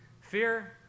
Fear